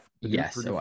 yes